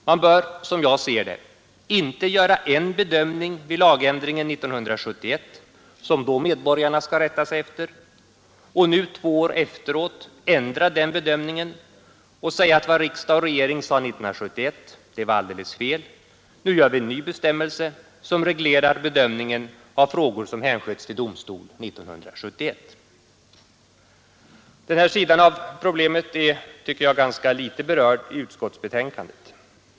Man bör — som jag ser det — inte göra en bedömning vid lagändringen 1971 som då medborgarna skall rätta sig efter och nu två år efteråt ändra den bedömningen och säga att vad riksdagen och regeringen sade 1971 var alldeles fel; nu gör vi en ny bestämmelse som reglerar bedömningen av frågor som hänsköts till domstol 1971. Den här sidan av problemet är, tycker jag, ganska litet berörd i utskottsbetänkandet.